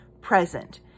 present